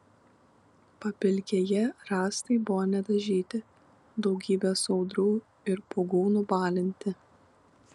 papilkėję rąstai buvo nedažyti daugybės audrų ir pūgų nubalinti